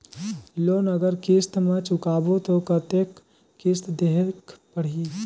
Loan अगर किस्त म चुकाबो तो कतेक किस्त देहेक पढ़ही?